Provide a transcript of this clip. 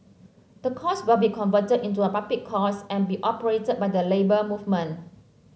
the course will be converted into a public course and be operated by the Labour Movement